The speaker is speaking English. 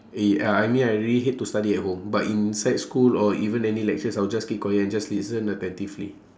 eh ya I mean I really hate to study at home but in sec school or even any lectures I will just keep quiet and just listen attentively